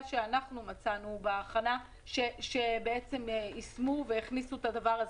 שמצאנו בהכנה שיישמו והכניסו את הדבר הזה.